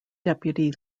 deputy